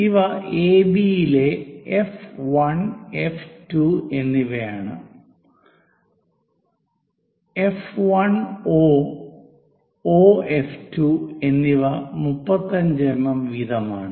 ഇവ എബി യിലെ F 1 F 2 എന്നിവയാണ് എഫ് 1 ഒ ഒ എഫ് 2 എന്നിവ 35 എംഎം വീതമാണ്